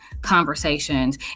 conversations